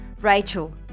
Rachel